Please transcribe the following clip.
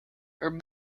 her